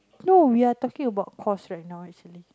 no we are talking about cost right now actually